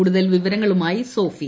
കൂടുതൽ വിവരങ്ങളുമായി സോഫിയ